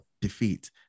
defeat